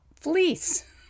fleece